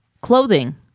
clothing